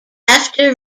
after